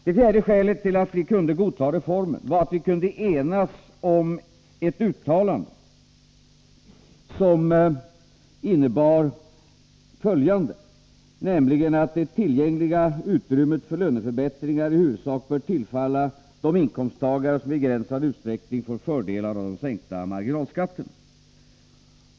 Det fjärde skälet till att vi kunde godta reformen var att man kunde enas om ett uttalande som innebar att det tillgängliga utrymmet för löneförbättringar i huvudsak borde tillfalla de inkomsttagare som i begränsad utsträckning fick fördelar av sänkningen av marginalskatten.